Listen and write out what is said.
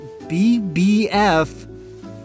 BBF